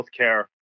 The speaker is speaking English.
healthcare